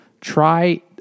try